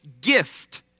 gift